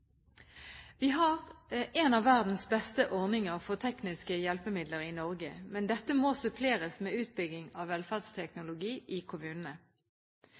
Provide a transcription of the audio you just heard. Vi har en av verdens beste ordninger for tekniske hjelpemidler i Norge, men dette må suppleres med utbygging av velferdsteknologi i kommunene.